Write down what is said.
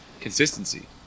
consistency